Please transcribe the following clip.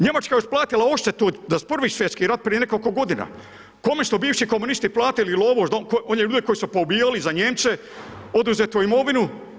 Njemačka je otplatila odštetu za I. svj. rat prije nekoliko godina, kome su bivši komunisti platili lovu, one ljude koje su poubijali za Nijemce oduzetu imovinu?